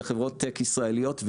חברות טק ישראליות,